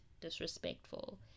disrespectful